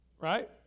Right